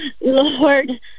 Lord